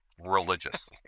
religious